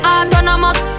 Autonomous